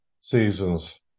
seasons